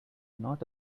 not